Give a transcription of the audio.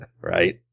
right